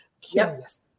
curious